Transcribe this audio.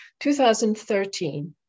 2013